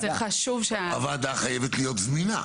הוועדה חייבת להיות זמינה.